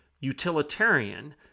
utilitarian